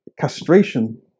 castration